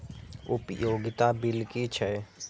उपयोगिता बिल कि छै?